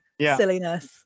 silliness